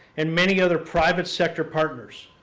and many other private sector partners.